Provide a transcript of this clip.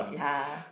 ya